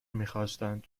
میخواستند